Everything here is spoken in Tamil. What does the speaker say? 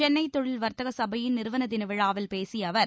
சென்னை தொழில் வர்த்தக சனபயின் நிறுவன தின விழாவில் பேசிய அவர்